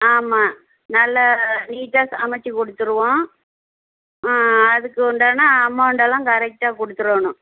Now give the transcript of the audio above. ஆமாம் நல்ல நீட்டாக சமைச்சி கொடுத்துருவோம் அதற்குண்டான அமௌண்டெல்லாம் கரெக்டாக கொடுத்துறோணும்